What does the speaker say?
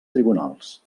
tribunals